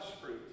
fruit